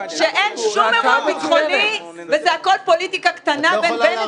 אתה רומז שאין שום אירוע ביטחוני וזה הכול פוליטיקה קטנה בין בנט,